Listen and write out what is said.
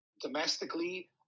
Domestically